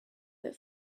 that